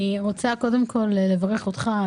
אני רוצה קודם כל לברך אותך,